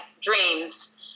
dreams